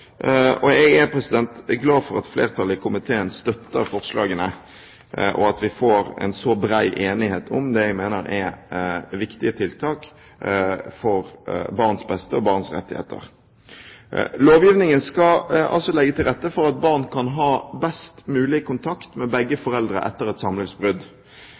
og jeg er glad for at flertallet i komiteen støtter forslagene, og at vi får en så bred enighet om det jeg mener er viktige tiltak for barns beste og barns rettigheter. Lovgivningen skal altså legge til rette slik at barn kan ha best mulig kontakt med begge foreldre etter et